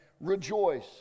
rejoice